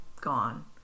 gone